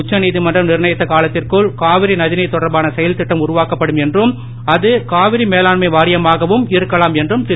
உச்சநீதமன்றம் நிரணயித்த காலத்திற்குள் காவிரி நதிநீர் தொடர்பான செயல் திட்டம் உருவாக்கப்படும் என்றும் அது காவிரி மேலாண்மை வாரியமாகவும் இருக்கலாம் என்றும் திரு